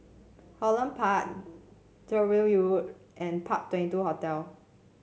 Holland Park Tyrwhitt Road and Park Twenty two Hotel